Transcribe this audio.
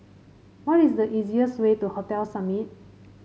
what is the easiest way to Hotel Summit